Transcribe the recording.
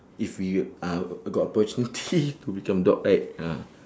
if you uh got opportunity to become dog right ah